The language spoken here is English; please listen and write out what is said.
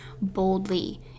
boldly